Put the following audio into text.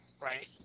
Right